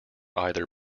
either